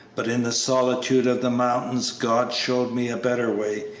but in the solitude of the mountains god showed me a better way.